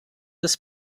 des